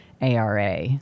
Ara